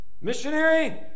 missionary